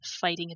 fighting